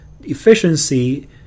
Efficiency